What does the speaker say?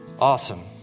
Awesome